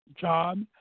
job